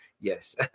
yes